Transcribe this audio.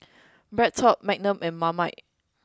BreadTalk Magnum and Marmite